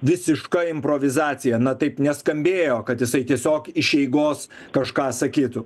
visiška improvizacija na taip neskambėjo kad jisai tiesiog iš eigos kažką sakytų